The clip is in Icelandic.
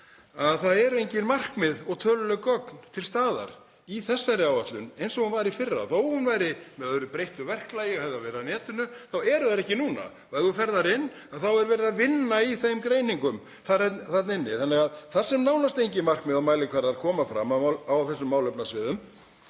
að það eru engin markmið og töluleg gögn til staðar í þessari áætlun eins og var í fyrra. Þó að hún væri með breyttu verklagi og hafi verið á netinu þá eru þau ekki þar núna. Ef þú ferð þar inn þá er verið að vinna í þeim greiningum þarna inni. Þannig að þar sem nánast engin markmið og mælikvarðar koma fram á þessum málefnasviðum